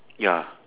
ya